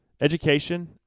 education